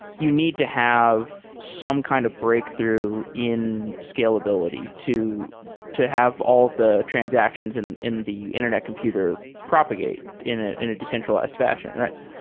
you need to have some kind of breakthrough in scalability to to have all of the transactions and the internet computer propagate in ah in a decentralized fashion, right?